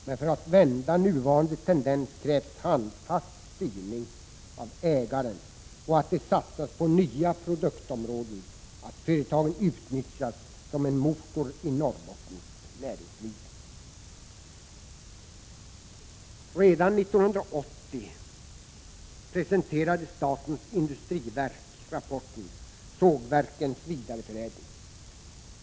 Men för att vända nuvarande tendens krävs handfast styrning av ägaren och att det satsas på nya produktområden, att företagen utnyttjas som en motor i norrbottniskt näringsliv. Redan 1980 presenterade statens industriverk rapporten Sågverkens vidareförädling.